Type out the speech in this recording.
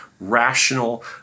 rational